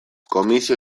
komisio